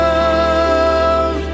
Love